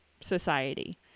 society